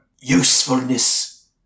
usefulness